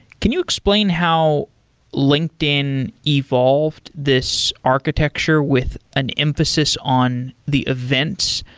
can you explain how linkedin evolved this architecture with an emphasis on the events?